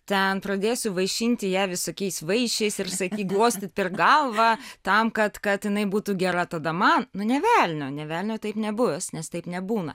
ten pradėsiu vaišinti ją visokiais vaišiais ir glostyt per galvą tam kad kad jinai būtų gera tada man ne velnio nė velnio taip nebus nes taip nebūna